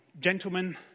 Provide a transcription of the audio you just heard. gentlemen